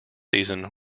season